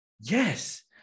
Yes